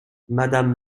madame